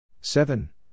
Seven